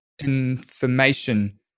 information